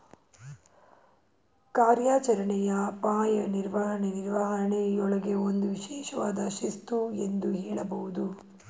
ಕಾರ್ಯಾಚರಣೆಯ ಅಪಾಯ ನಿರ್ವಹಣೆ ನಿರ್ವಹಣೆಯೂಳ್ಗೆ ಒಂದು ವಿಶೇಷವಾದ ಶಿಸ್ತು ಎಂದು ಹೇಳಬಹುದು